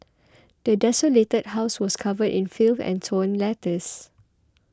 the desolated house was covered in filth and torn letters